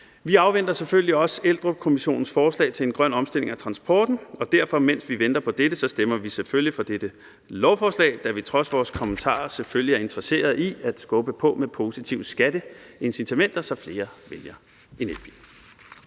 Vi afventer selvfølgelig også kommissionens forslag til en grøn omstilling af transporten, og derfor – mens vi venter på dette – stemmer vi selvfølgelig for dette lovforslag, da vi trods vores kommentarer selvfølgelig er interesseret i at skubbe på med positive skattemæssige incitamenter, så flere vælger en elbil.